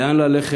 לאן ללכת,